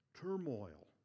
turmoil